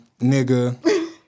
nigga